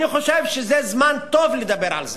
אני חושב שזה זמן טוב לדבר על זה.